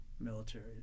military